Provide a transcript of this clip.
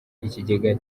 ikigega